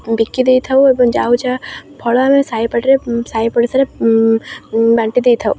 ବିକି ଦେଇଥାଉ ଏବଂ ଆଉ ଯାହା ଫଳ ଆମେ ସାହି ପଡ଼ିଶାରେ ବାଣ୍ଟି ଦେଇଥାଉ